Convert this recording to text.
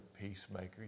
peacemaker